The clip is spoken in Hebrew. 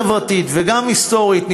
גם חברתית וגם היסטורית,